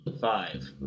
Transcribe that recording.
Five